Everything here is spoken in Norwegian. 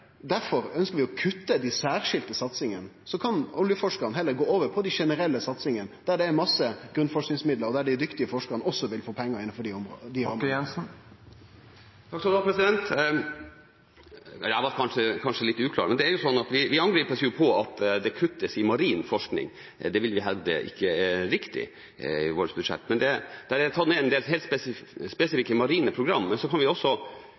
generelle satsingane, der det er masse grunnforskingsmidlar, og der dei dyktige forskarane også vil få pengar innanfor dei områda. Jeg var kanskje litt uklar. Men det er jo sånn at vi angripes på at det kuttes i marin forskning i vårt budsjett – det vil vi hevde ikke er riktig. Der er det tatt ned en hel del spesifikke marine program, men så kan vi også